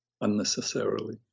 unnecessarily